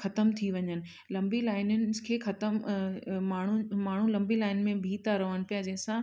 ख़तम थी वञनि लंबी लाइनियुनि खे ख़तमु माण्हुनि माण्हुनि लंबी लाइन में बीह था रहनि पिया जंहिंसां